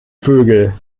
vögel